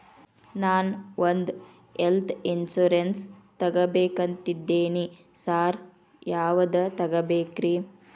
ನಾನ್ ಒಂದ್ health insurance ತಗಬೇಕಂತಿದೇನಿ sir ಯಾವದ ತಗಬೇಕ್ರಿ?